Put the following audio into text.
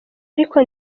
ariko